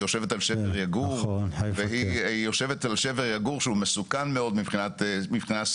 היא יושבת על שבר יגור שהוא מסוכן מאוד מבחינה ססמית.